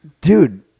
Dude